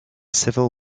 civil